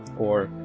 or,